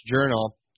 journal